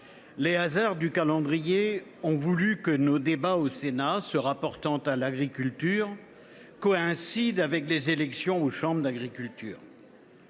les hasards du calendrier ont voulu que nos débats au Sénat se rapportant à l’agriculture coïncident avec les élections aux chambres d’agriculture.